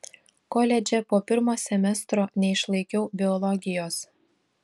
koledže po pirmo semestro neišlaikiau biologijos